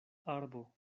arbo